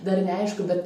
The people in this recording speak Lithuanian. dar neaišku bet